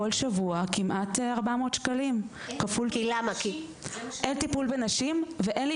בכל שבוע כמעט 400 שקלים כי אין טיפול בנשים ואין לי